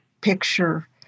picture